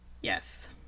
yes